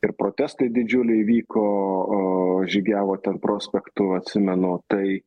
ir protestai didžiuliai vyko žygiavo ten prospektu atsimenu tai